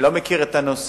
אני לא מכיר את הנושא.